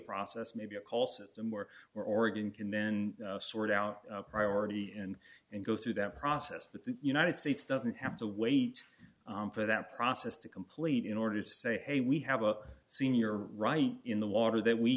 process maybe a call system where oregon can then sort out priority and and go through that process but the united states doesn't have to wait for that process to complete in order to say hey we have a senior right in the water that we